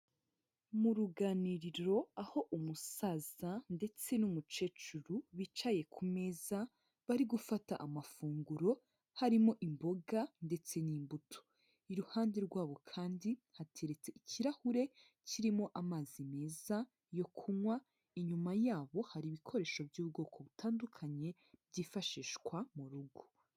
Mu ruganiriro aho umusaza ndetse n'umukecuru bicaye ku meza bari gufata amafunguro harimo imboga ndetse n'imbuto, iruhande rwa bo kandi hateretse ikirahure kirimo amazi meza yo kunywa, inyuma yabo hari ibikoresho by'ubwoko butandukanye byifashishwa mu rugo.